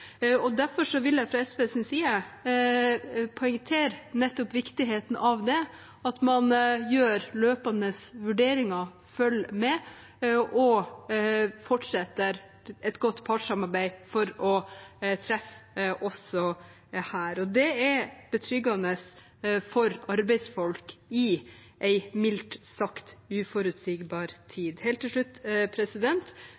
Derfor vil jeg fra SVs side poengtere nettopp viktigheten av det at man gjør løpende vurderinger, følger med og fortsetter et godt partssamarbeid for å treffe også her. Det er betryggende for arbeidsfolk i en mildt sagt uforutsigbar